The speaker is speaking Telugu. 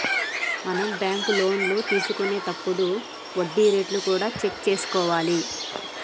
మనం బ్యాంకు లోన్లు తీసుకొనేతప్పుడు వడ్డీ రేట్లు కూడా చెక్ చేసుకోవాలి